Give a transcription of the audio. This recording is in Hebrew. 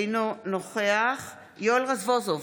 אינו נוכח יואל רזבוזוב,